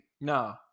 No